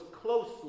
closely